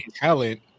talent